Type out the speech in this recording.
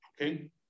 okay